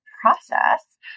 process